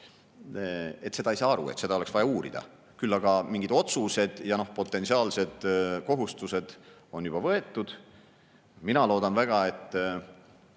et sellest ei saada aru, seda oleks vaja uurida, küll aga on mingid otsused ja potentsiaalsed kohustused juba võetud. Mina loodan väga, et